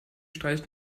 streicht